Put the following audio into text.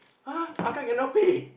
!huh! how come cannot pay